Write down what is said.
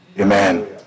Amen